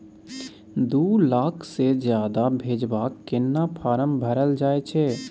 दू लाख से ज्यादा भेजबाक केना फारम भरल जाए छै?